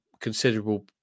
considerable